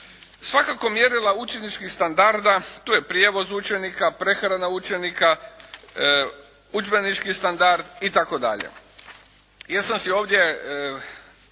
Svakako mjerila učeničkih standarda, tu je prijevoz učenika, prehrana učenika, udžbenički standard itd. Ja sam si ovdje,